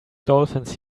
dolphins